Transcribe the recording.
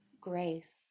grace